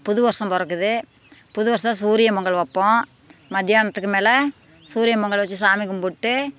புது வருஷம் பிறக்குது புது வருஷம் சூரியன் பொங்கல் வைப்போம் மதியானத்துக்கு மேலே சூரியன் பொங்கல் வச்சு சாமி கும்பிட்டு